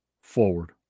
forward